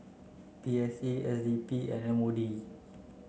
P S A S D P M O D